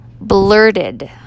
blurted